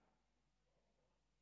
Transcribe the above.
יש שר, שרת התחבורה פה.